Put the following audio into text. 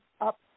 up